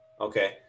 Okay